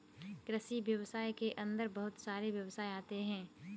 कृषि व्यवसाय के अंदर बहुत सारे व्यवसाय आते है